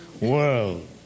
world